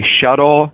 shuttle